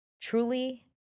Truly